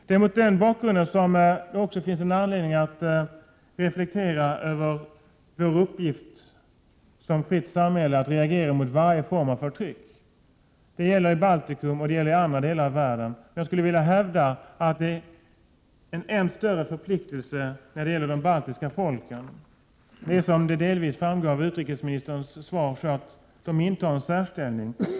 Det är mot den bakgrunden som det också finns anledning att reflektera över vår uppgift att som fritt samhälle reagera mot varje form av förtryck. Det gäller i Baltikum och det gäller i andra delar av världen. Jag skulle vilja hävda att det är en än större förpliktelse när det gäller de baltiska folken. De intar, vilket framgår av utrikesministerns svar, en särställning.